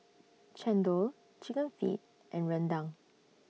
Chendol Chicken Feet and Rendang